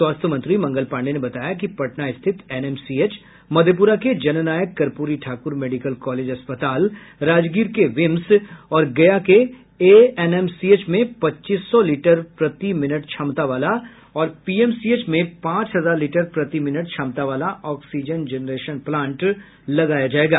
स्वास्थ्य मंत्री मंगल पांडेय ने बताया कि पटना स्थित एनएमसीएच मधेपुरा के जननायक कर्पूरी ठाकुर मेडिकल कॉलेज अस्पताल राजगीर के विम्स और गया के एएनएमसीएच में पच्चीस सौ लीटर प्रति मिनट क्षमता वाला और पीएमसीएच में पांच हजार लीटर प्रति मिनट क्षमता वाला ऑक्सीजन जेनरेशन प्लांट लगाया जायेगा